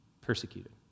persecuted